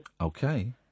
Okay